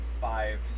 five